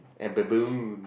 a baboon